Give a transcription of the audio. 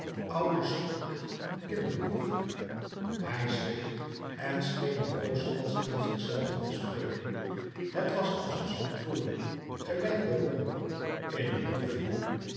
oude schurk kinderdief hij zweeg en scheen een poos als in zich zelven te spreken het was alsof zijn toorn gelijk de rhône in een hol viel